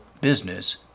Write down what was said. business